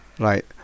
Right